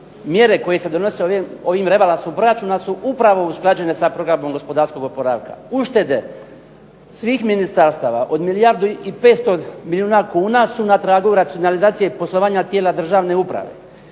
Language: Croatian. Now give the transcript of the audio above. mjere koje se donose ovdje ovim rebalansom proračuna su upravo usklađene sa programom gospodarskog oporavka. Uštede svih ministarstava od milijardu i 500 milijuna kuna su na tragu racionalizacije poslovanja tijela državne uprave.